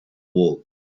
walls